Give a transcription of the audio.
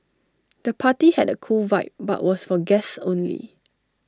the party had A cool vibe but was for guests only